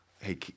hey